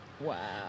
Wow